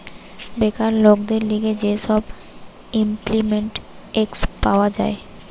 বেকার লোকদের লিগে যে সব ইমল্পিমেন্ট এক্ট পাওয়া যায়